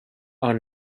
are